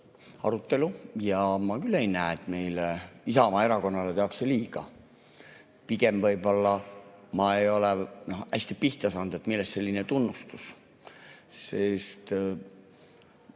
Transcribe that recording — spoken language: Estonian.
ja ma küll ei näe, et meile, Isamaa Erakonnale, tehakse liiga. Pigem võib-olla ma ei ole hästi pihta saanud, millest selline tunnustus. Me